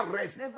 rest